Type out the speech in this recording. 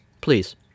Please